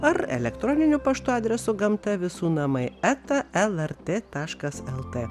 ar elektroniniu paštu adresu gamta visų namai eta lrt taškas lt